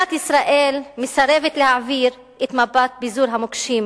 מדינת ישראל מסרבת להעביר את מפת פיזור המוקשים,